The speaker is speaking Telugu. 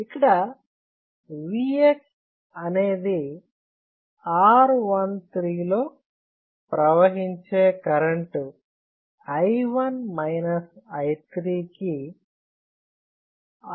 ఇక్కడ Vx అనేది R13 లో ప్రవహించే కరెంటు i1 i3 కి R13 రెట్లు ఉంటుంది